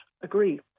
agree